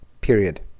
period